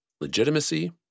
legitimacy